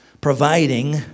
providing